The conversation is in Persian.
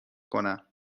کنم